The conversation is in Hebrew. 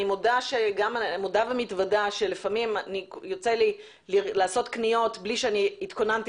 אני מודה ומתוודה שלפעמים יוצא לי לערוך קניות בלי שהתכוננתי